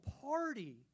party